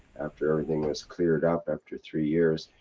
after everything was cleared up after three years.